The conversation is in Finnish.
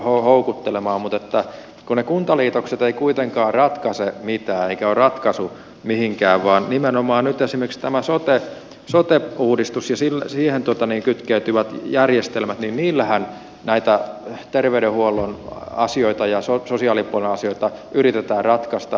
mutta kun ne kuntaliitokset eivät kuitenkaan ratkaise mitään eivätkä ole ratkaisu mihinkään vaan nimenomaan nyt esimerkiksi tällä sote uudistusisille asia on totta ne uudistuksella ja siihen kytkeytyvillä järjestelmillähän näitä terveydenhuollon asioita ja sosiaalipuolen asioita yritetään ratkaista